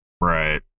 Right